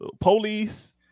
police